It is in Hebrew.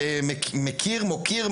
מוקיר,